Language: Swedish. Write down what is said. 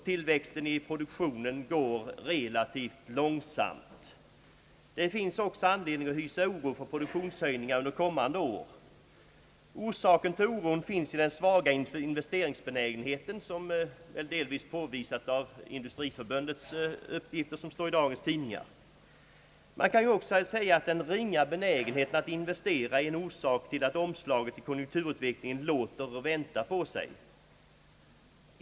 Tillväxten i produktionen går relativt långsamt. Det finns också anledning att hysa oro för produktionshöjningar under kommande år. Orsaken till oron finns i den svaga investeringsbenägenheten, som påvisats i Industriförbundets uppgifter i dagens tidningar. Man kan ju också säga att den ringa benägenheten att investera är en orsak till att omslaget i konjunkturutvecklingen låter vänta på sig.